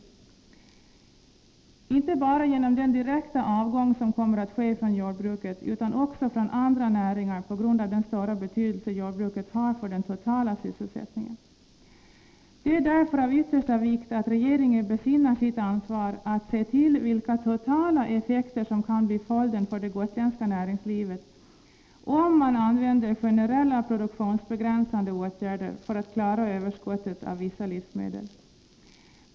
Detta sker inte bara genom den direkta avgång från jordbruket som kommer att äga rum, utan också från andr. näringar på grund av den stora betydelse jordbruket har för den totala sysselsättningen. Det är därför av yttersta vikt att regeringen besinnar sitt ansvar att se till vilka totala effekter som kan bli följden för det gotländska näringslivet om man använder generella produktionsbegränsande åtgärder för att klara överskottet av vissa livsmedel.